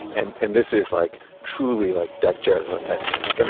and and this is like truly like deck chairs on the titanic. um